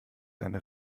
seine